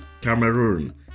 Cameroon